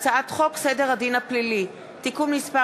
הצעת חוק סדר הדין הפלילי (תיקון מס'